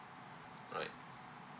right